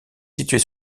située